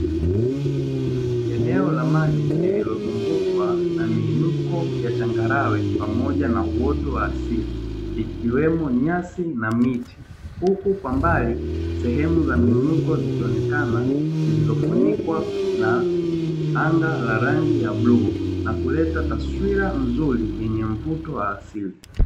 Eneo la maji lililozungukwa na miinuko ya changarawe pamoja na uoto wa asili ikiwemo nyasi na miti, huku kwa mbali sehemu za miinuko zikionekana zilizofunikwa na anga la rangi ya bluu na kuleta taswira nzuri yenye mvuto wa asili.